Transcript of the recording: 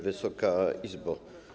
Wysoka Izbo!